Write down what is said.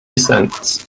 sense